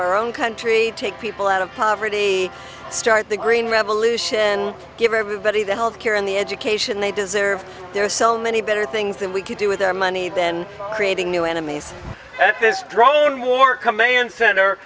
our own country take people out of poverty start the green revolution give everybody the health care and the education they deserve there sell many better things than we could do with their money then creating new enemies this drone war command center